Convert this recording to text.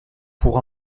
pour